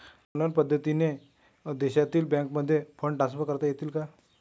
Online पद्धतीने देशातील बँकांमध्ये फंड ट्रान्सफर करता येईल का?